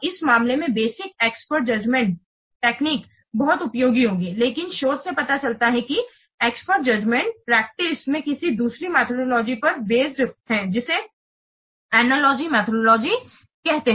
इस मामले में बेसिक एक्सपर्ट जजमेंट तकनीक basic expert judgement तकनीक बहुत उपयोगी होगी लेकिन शोध से पता चलता है कि एक्सपर्ट जजमेंट प्रैक्टिस में किसी दूसरी मेथडोलॉजी पर बेस्ड है जिसे अनलॉजी मेथडोलॉजी कहते है